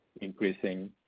increasing